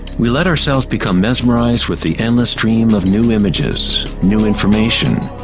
we let ourselves become mesmerized with the endless stream of new images, new information,